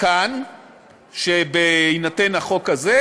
מכאן שבהינתן החוק הזה,